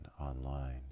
Online